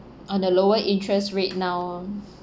on the lower interest rate now